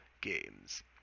games